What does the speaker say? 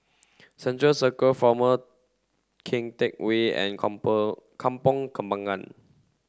Central Circus Former Keng Teck Whay and Kampong Kampong Kembangan